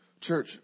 Church